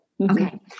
Okay